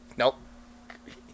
nope